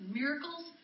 miracles